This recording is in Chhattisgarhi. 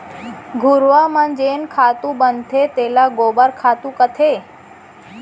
घुरूवा म जेन खातू बनथे तेला गोबर खातू कथें